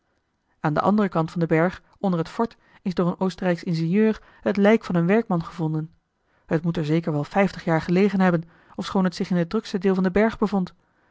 aan den anderen kant van den berg onder het fort is door een oostenrijksch ingenieur het lijk van een werkman gevonden t moet er zeker wel vijftig jaar gelegen hebben ofschoon het zich in het drukste deel van den berg bevond